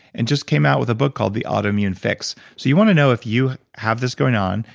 and just came out with a book called the autoimmune fix. so you want to know if you have this going on,